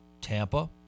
Tampa